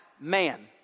man